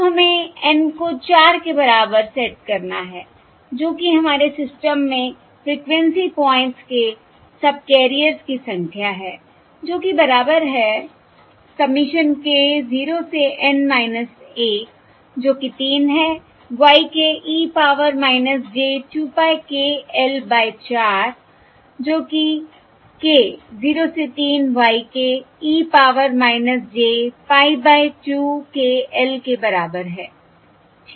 अब हमें N को 4 के बराबर सेट करना है जो कि हमारे सिस्टम में फ्रीक्वेंसी पॉइंट्स के सबकैरियर्स की संख्या है जो कि बराबर है सबमिशन k 0 से N 1 जो कि 3 है y k e power j 2 pie k l by 4 है जो कि k 0 से 3 y k e power j pie by 2 k l के बराबर है ठीक है